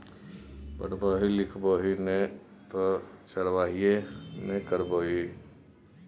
पढ़बी लिखभी नै तँ चरवाहिये ने करभी